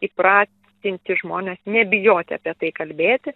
įpratinti žmones nebijoti apie tai kalbėti